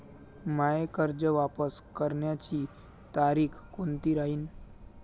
मायी कर्ज वापस करण्याची तारखी कोनती राहीन?